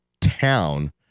town